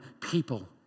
people